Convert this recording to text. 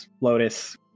Lotus